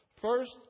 First